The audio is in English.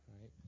right